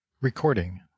Recording